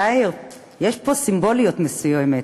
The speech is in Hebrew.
יאיר, יש פה סימבוליות מסוימת.